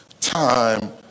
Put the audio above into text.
time